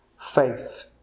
faith